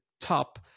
top